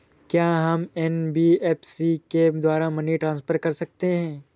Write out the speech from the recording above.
क्या हम एन.बी.एफ.सी के द्वारा मनी ट्रांसफर कर सकते हैं?